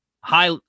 high